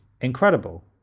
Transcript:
incredible